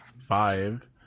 Five